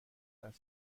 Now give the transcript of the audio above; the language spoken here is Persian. وصل